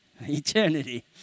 eternity